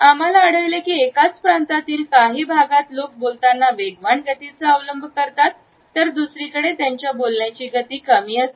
आम्हाला आढळले की एकाच प्रांतातील काही भागात लोकं बोलताना वेगवान गतीचा अवलंब करतात दुसरीकडे त्यांची बोलण्याची गती कमी असते